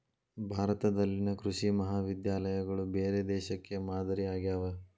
ಭಾರತದಲ್ಲಿನ ಕೃಷಿ ಮಹಾವಿದ್ಯಾಲಯಗಳು ಬೇರೆ ದೇಶಕ್ಕೆ ಮಾದರಿ ಆಗ್ಯಾವ